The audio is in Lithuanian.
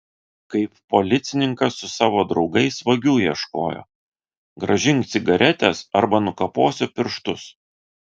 kaip policininkas su savo draugais vagių ieškojo grąžink cigaretes arba nukaposiu pirštus